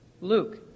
Luke